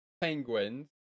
Penguins